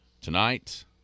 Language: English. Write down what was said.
tonight